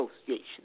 Association